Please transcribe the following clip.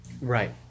Right